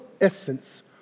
essence